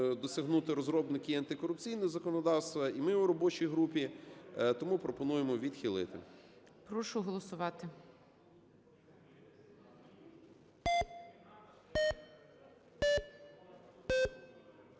досягнути розробники антикорупційного законодавства і ми в робочій групі. Тому пропонуємо відхилити. ГОЛОВУЮЧИЙ. Прошу голосувати.